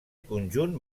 conjunt